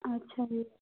ਅੱਛਾ ਜੀ